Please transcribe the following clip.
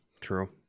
True